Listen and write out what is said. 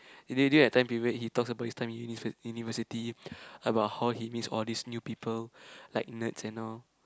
then during that time period he talks about his time in Uni University how he meets all these new people like nerds and all